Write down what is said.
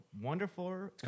wonderful